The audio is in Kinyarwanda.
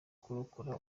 kurokora